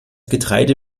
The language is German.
getreide